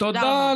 תודה רבה.